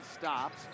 Stops